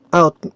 out